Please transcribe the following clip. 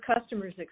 customers